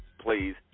please